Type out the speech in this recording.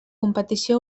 competició